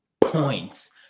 points